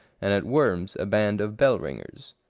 and at worms a band of bell-ringers.